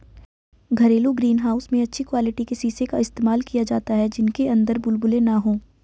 घरेलू green house में अच्छी क्वालिटी के शीशे का इस्तेमाल किया जाता है जिनके अंदर बुलबुले ना हो